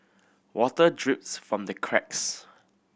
water drips from the cracks